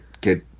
get